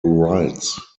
writes